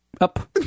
Up